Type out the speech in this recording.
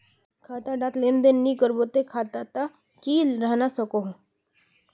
खाता डात लेन देन नि करबो ते खाता दा की रहना सकोहो?